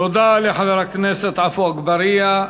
תודה לחבר הכנסת עפו אגבאריה.